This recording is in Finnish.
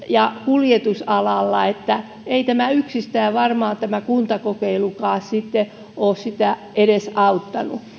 ja kuljetusalalla joten ei yksistään varmaan tämä kuntakokeilu ole sitä edesauttanut